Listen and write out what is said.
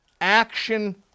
action